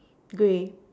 grey